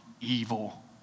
evil